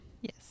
Yes